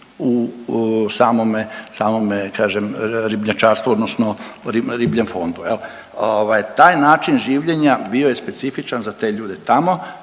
samome kažem ribnjačarstvu odnosno ribljem fondu jel. Ovaj, taj način življenja bio je specifičan za te ljude tamo